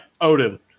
Odin